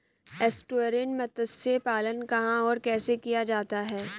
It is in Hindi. एस्टुअरीन मत्स्य पालन कहां और कैसे किया जाता है?